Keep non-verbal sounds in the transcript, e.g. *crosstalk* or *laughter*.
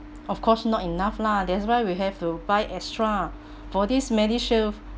of course not enough lah that's why we have to buy extra *breath* for these medishield